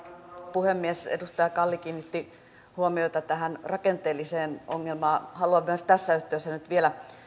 puhemies edustaja kalli kiinnitti huomiota tähän rakenteelliseen ongelmaan haluan myös tässä yhteydessä nyt vielä